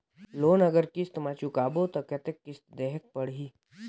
Loan अगर किस्त म चुकाबो तो कतेक किस्त देहेक पढ़ही?